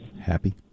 Happy